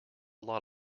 lot